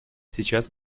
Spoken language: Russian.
сейчас